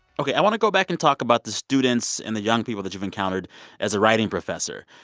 ok, i want to go back and talk about the students and the young people that you've encountered as a writing professor.